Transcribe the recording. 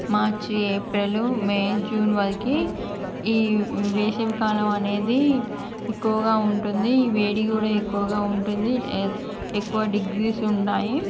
మార్చి April May June వరకి ఈ వేసవికాలం అనేది ఎక్కువగా ఉంటుంది ఈ వేడి కూడా ఎక్కువగా ఉంటుంది ఎక్కువ డిగ్రీస్ ఉన్నాయి